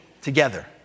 together